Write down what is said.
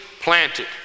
planted